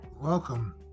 Welcome